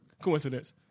coincidence